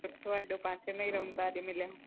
सुठो आहे एॾो पासे में ई रहूं था अॼु मिलया